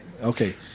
Okay